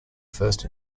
first